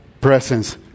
presence